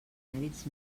mèrits